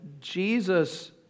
Jesus